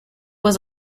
was